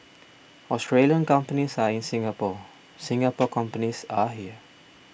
Australian companies are in Singapore Singapore companies are here